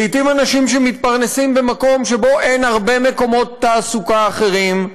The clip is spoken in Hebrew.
לעתים אנשים שמתפרנסים במקום שבו אין הרבה מקומות תעסוקה אחרים.